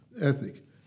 ethic